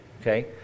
Okay